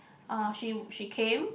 uh she she came